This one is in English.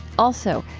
also,